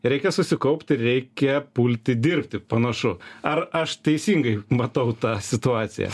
reikia susikaupt ir reikia pulti dirbti panašu ar aš teisingai matau tą situaciją